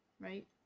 right